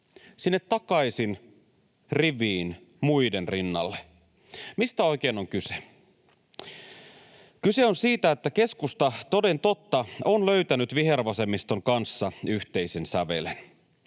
sinne takaisin riviin muiden rinnalle. Mistä oikein on kyse? Kyse on siitä, että keskusta, toden totta, on löytänyt vihervasemmiston kanssa yhteisen sävelen.